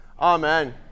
Amen